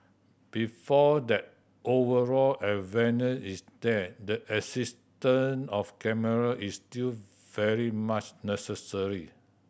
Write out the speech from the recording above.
before that overall awareness is there the existence of camera is still very much necessary